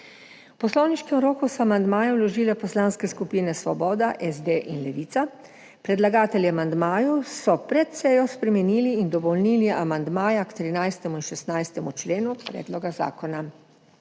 V poslovniškem roku so amandmaje vložile poslanske skupine Svoboda, SD in Levica. Predlagatelji amandmajev so pred sejo spremenili in dopolnili amandmaja k 13. in 16. členu Predloga zakona.